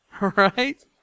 right